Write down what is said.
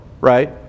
right